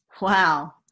Wow